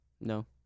no